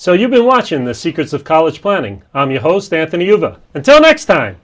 so you've been watching the secrets of college planning on the host anthony yoga and so next time